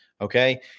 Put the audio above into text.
Okay